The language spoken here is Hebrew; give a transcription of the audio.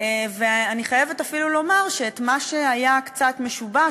אני חייבת אפילו לומר שמה שהיה קצת משובש